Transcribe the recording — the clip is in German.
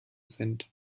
sind